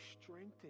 strengthen